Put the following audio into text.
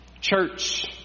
Church